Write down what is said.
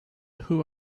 who